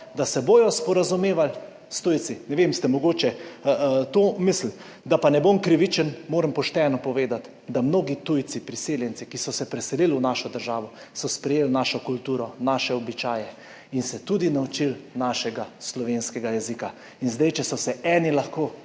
da se bodo sporazumevali s tujci? Ne vem, ste mogoče to mislili? Da pa ne bom krivičen, moram pošteno povedati, da mnogi tujci, priseljenci, ki so se preselili v našo državo, so sprejeli našo kulturo, naše običaje in se tudi naučili našega slovenskega jezika. In zdaj, če so se eni lahko